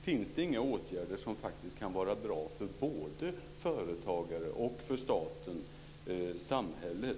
Finns det inte åtgärder som kan vara bra både för företagare och staten, samhället?